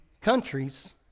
countries